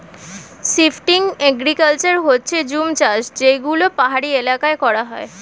shifting agriculture হচ্ছে জুম চাষ যেগুলো পাহাড়ি এলাকায় করা হয়